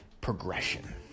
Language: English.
progression